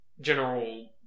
general